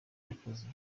yakoze